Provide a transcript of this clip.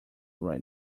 right